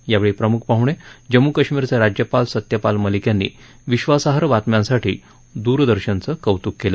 यावेळी प्रम्ख पाहणे जम्मू कश्मीरचे राज्यपाल सत्यपाल मलिक यांनी विश्वासार्ह बातम्यांसाठी दूरदर्शनचं कौत्क केलं